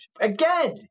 Again